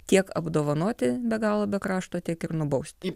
tiek apdovanoti be galo be krašto tiek ir nubausti